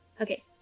Okay